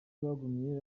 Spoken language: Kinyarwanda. bagumye